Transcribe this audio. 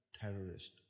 terrorist